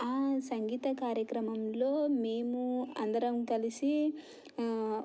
ఆ సంగీత కార్యక్రమంలో మేము అందరం కలిసి